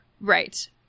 Right